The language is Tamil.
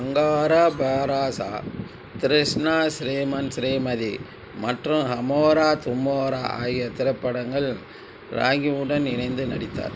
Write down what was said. அங்காரா பாராஸா திரிஷ்ணா ஸ்ரீமன் ஸ்ரீமதி மற்றும் ஹமாரா தும்ஹாரா ஆகிய திரைப்படங்களில் ராகியுடன் இணைந்து நடித்தார்